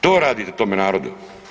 To radite tome narodu.